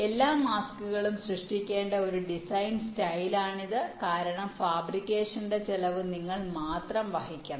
എല്ലാ മാസ്കുകളും സൃഷ്ടിക്കേണ്ട ഒരു ഡിസൈൻ സ്റ്റൈൽ ആണിത് കാരണം ഫാബ്രിക്കേഷന്റെ ചെലവ് നിങ്ങൾ മാത്രം വഹിക്കണം